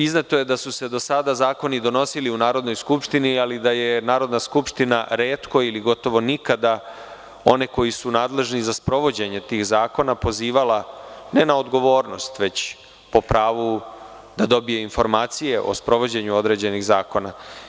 Izneto je da su se do sada zakoni donosili u Narodnoj skupštini, ali da je Narodna skupština retko ili gotovo nikada one koji su nadležni za sprovođenje tih zakona pozivala ne na odgovornost, već po pravu da dobije informacije o sprovođenju određenih zakona.